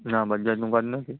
ના બજાજનું કાર્ડ નથી